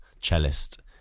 cellist